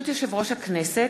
ברשות יושב-ראש הכנסת,